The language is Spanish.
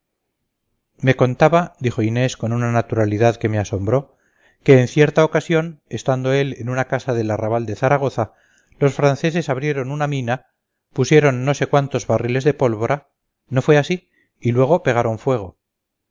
me contaba dijo inés con una naturalidad que me asombró que en cierta ocasión estando él en una casa del arrabal de zaragoza los franceses abrieron una mina pusieron no sé cuántos barriles de pólvora no fue así y luego pegaron fuego